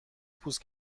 پوست